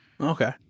okay